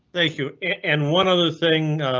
thank you and one other thing.